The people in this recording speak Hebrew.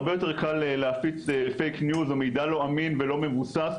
הרבה יותר קל להפיץ פייק ניוז או מידע לא אמין ולא מבוסס,